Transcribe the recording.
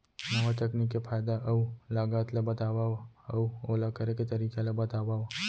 नवा तकनीक के फायदा अऊ लागत ला बतावव अऊ ओला करे के तरीका ला बतावव?